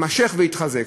יתמשך ויתחזק.